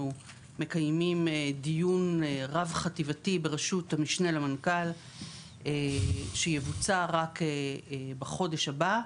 מקיימים דיון רב חטיבתי בראשות המשנה למנכ"ל שיבוצע רק בחודש הבא,